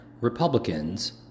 Republicans